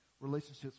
relationships